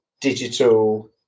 digital